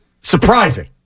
surprising